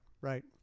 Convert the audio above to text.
right